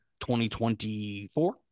2024